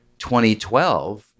2012